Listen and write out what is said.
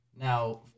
Now